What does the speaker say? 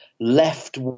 left